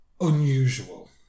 unusual